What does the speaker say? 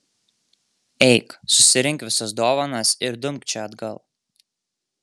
eik susirink visas dovanas ir dumk čia atgal